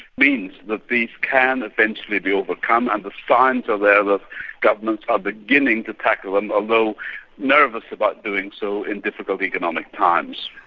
means that these can eventually be overcome and the signs are there that governments are beginning to tackle them although nervous about doing so in difficult economic times.